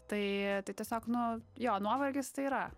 tai tai tiesiog nu jo nuovargis tai yra